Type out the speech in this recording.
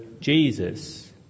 Jesus